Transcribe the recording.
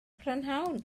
prynhawn